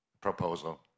proposal